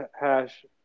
hash